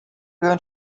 going